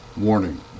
Warning